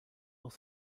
auch